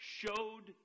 showed